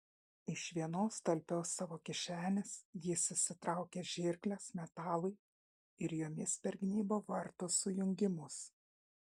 iš vienos talpios savo kišenės jis išsitraukė žirkles metalui ir jomis pergnybo vartų sujungimus